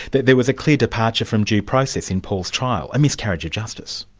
but there was a clear departure from due process in paul's trial, a miscarriage of justice.